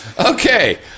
Okay